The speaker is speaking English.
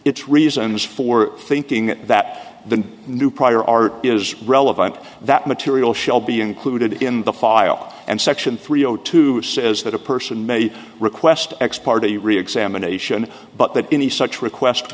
its reasons for thinking that the new prior art is relevant that material shall be included in the file and section three o two says that a person may request x party reexamination but that any such request